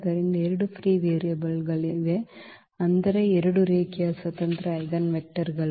ಆದ್ದರಿಂದ ಎರಡು ಫ್ರೀ ವೇರಿಯೇಬಲ್ಗಳಿವೆ ಅಂದರೆ 2 ರೇಖೀಯ ಸ್ವತಂತ್ರ ಐಜೆನ್ವೆಕ್ಟರ್ಗಳು